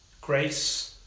Grace